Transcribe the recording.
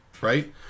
right